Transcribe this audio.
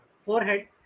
forehead